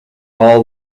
all